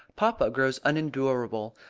papa grows unendurable.